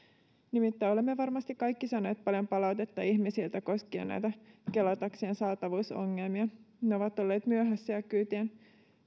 nimittäin olemme varmasti kaikki saaneet paljon palautetta ihmisiltä koskien näitä kela taksien saatavuusongelmia ne ovat olleet myöhässä ja kyytien